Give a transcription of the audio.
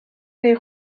neu